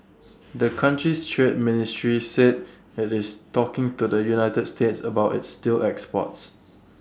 the country's trade ministry said IT is talking to the united states about its steel exports